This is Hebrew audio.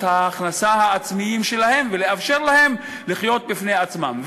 ההכנסה העצמיים שלהן ולאפשר להן לחיות בפני עצמן.